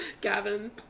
Gavin